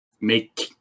make